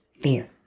fear